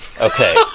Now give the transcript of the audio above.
Okay